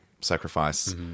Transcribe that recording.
sacrifice